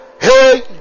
Hey